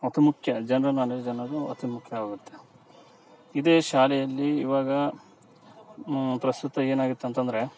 ಅತಿ ಮುಖ್ಯ general knowledge ಅನ್ನೋದು ಅತಿ ಮುಖ್ಯ ಆಗುತ್ತೆ ಇದೇ ಶಾಲೆಯಲ್ಲಿ ಇವಾಗ ಪ್ರಸ್ತುತ ಏನಾಗತ್ತೆ ಅಂತಂದರೆ